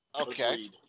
Okay